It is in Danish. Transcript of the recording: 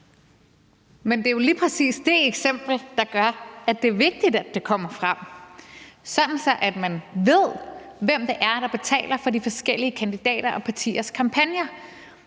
Det er jo lige præcis det eksempel, der gør, at det er vigtigt, at det kommer frem, sådan at man ved, hvem det er, der betaler for de forskellige kandidater og partiers kampagner.